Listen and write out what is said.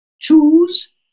choose